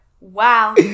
Wow